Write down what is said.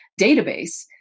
database